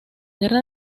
guerra